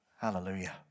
Hallelujah